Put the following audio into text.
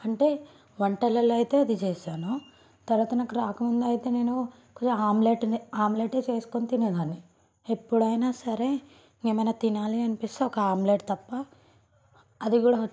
అంటే వంటలలో అయితే అది చేశాను తర్వాత నాకు రాకముందు అయితే నేను ఆమ్లెట్టే ఆమ్లెట్టే చేసుకుని తినేదాన్ని ఎప్పుడైనా సరే ఏమన్నా తినాలి అనిపిస్తే ఒక ఆమ్లెట్ తప్ప అది కూడా